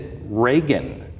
Reagan